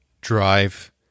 drive